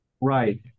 Right